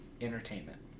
entertainment